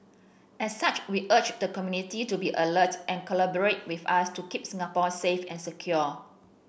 as such we urge the community to be alert and collaborate with us to keep Singapore safe and secure